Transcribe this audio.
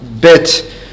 bit